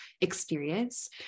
experience